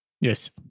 Yes